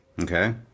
okay